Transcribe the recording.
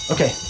Okay